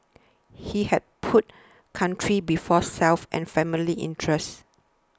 he had put country before self and family interest